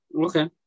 Okay